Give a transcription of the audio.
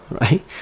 right